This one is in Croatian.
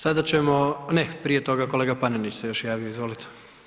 Sada ćemo, ne, prije toga kolega Panenić se još javio, izvolite.